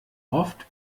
oft